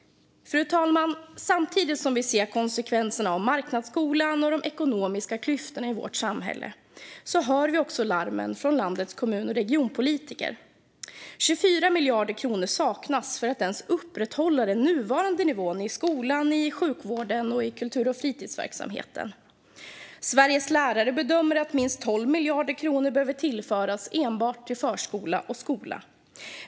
Fru talman! Samtidigt som vi ser konsekvenserna av marknadsskolan och de ekonomiska klyftorna i vårt samhälle hör vi larmen från landets kommun och regionpolitiker. Det saknas 24 miljarder kronor för att de ska kunna upprätthålla dagens nivå på skola, sjukvård och kultur och fritidsverksamhet. Sveriges lärare bedömer att minst 12 miljarder kronor behöver tillföras till enbart förskola och skola.